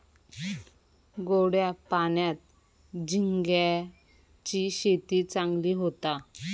गोड्या पाण्यात झिंग्यांची शेती चांगली होता